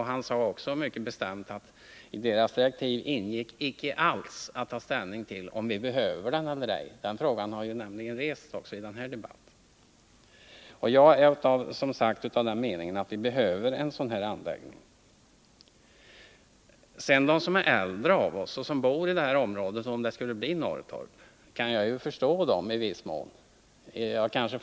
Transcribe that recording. Widén sade också mycket bestämt att i hans uppdrag ingick inte alls att ta ställning till om vi behöver anläggningen eller ej — den frågan har nämligen rests också i den här debatten. Jag är som sagt av den meningen att vi behöver anläggningen. Sedan vill jag säga att jag kan förstå de äldre som bor i området — om det nu skulle bli Norrtorp. Jag kanske förstår dem väldigt bra t.o.m.